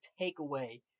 takeaway